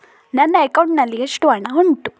ನನ್ನ ಅಕೌಂಟ್ ನಲ್ಲಿ ಎಷ್ಟು ಹಣ ಉಂಟು?